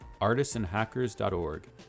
artistsandhackers.org